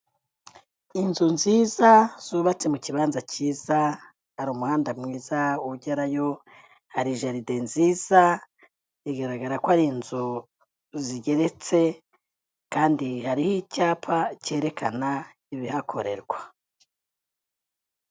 Inzu nziza zubatse mu kibanza cyiza, hari umuhanda mwiza ugerayo, hari jaride nziza, biragaragara ko ari inzu zigeretse kandi hariho icyapa cyerekana ibihakorerwa.